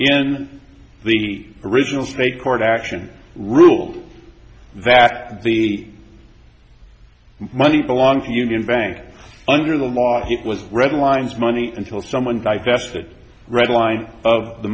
in the original state court action ruled that the money belongs to union bank under the law it was redlines money until someone divested readline of the